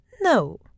No